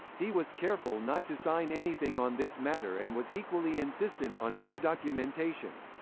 he was careful not to sign anything on this matter and was equally insistent on no documentation.